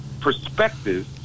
perspectives